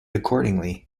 accordingly